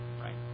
right